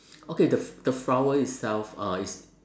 okay the f~ the flower itself uh is